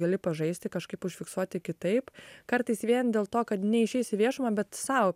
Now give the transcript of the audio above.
gali pažaisti kažkaip užfiksuoti kitaip kartais vien dėl to kad neišeis į viešumą bet sau